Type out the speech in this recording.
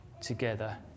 together